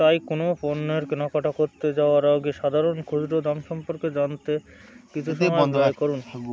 তাই কোনো পণ্যের কেনাকাটা ক করতে যাওয়ার আউে সাধারণ ক্ষু দাম সম্পর্কে জানতে কিছুতেই বন্ধব করুন